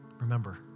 remember